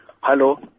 Hello